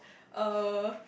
uh